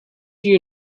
you